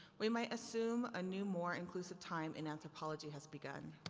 we might assume a new more inclusive time in anthropology has begun.